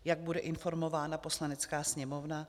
Jak bude informována Poslanecká sněmovna?